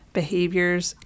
behaviors